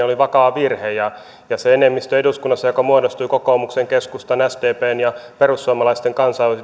oli vakava virhe ja se enemmistö eduskunnassa joka muodostui kokoomuksen keskustan sdpn ja perussuomalaisten